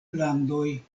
landoj